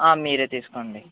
ఆ మీరే తీసుకోండి